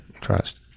Trust